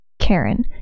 Karen